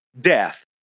death